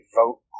vote